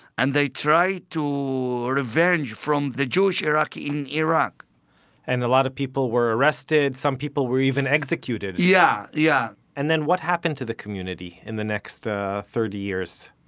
and they tried to revenge from the jewish iraqi in iraq and a lot of people were arrested, some people were even executed yeah. yeah and then what happened to the community in the next thirty years?